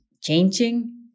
changing